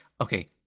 Okay